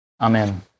Amen